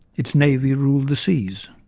its navy ruled the seas.